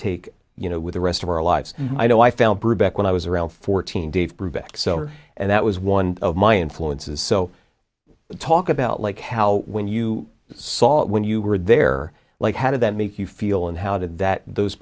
take you know with the rest of our lives i know i found brubeck when i was around fourteen dave brubeck so and that was one of my influences so to talk about like how when you saw it when you were there like how did that make you feel and how did that those